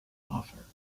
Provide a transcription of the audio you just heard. offer